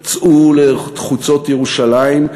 צאו לחוצות ירושלים,